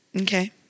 Okay